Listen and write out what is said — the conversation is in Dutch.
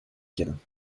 kennen